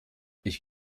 ich